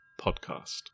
Podcast